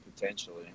potentially